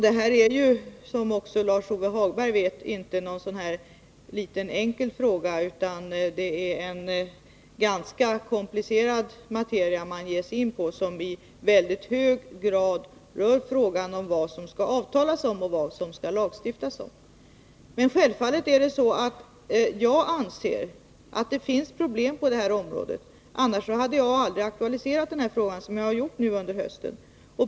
Det här är ju, som Lars-Ove Hagberg också vet, inte någon liten och enkel fråga, utan det är en ganska komplicerad materia man ger sig in på och som i mycket hög grad rör frågan om vad man skall avtala om och vad man skall lagstifta om. Självfallet anser jag att det finns problem på detta område — annars hade jag aldrig aktualiserat denna fråga så som jag har gjort nu under hösten.